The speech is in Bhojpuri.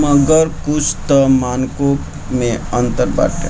मगर कुछ तअ मानको मे अंतर बाटे